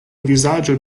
vizaĝo